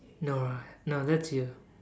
no lah no that's you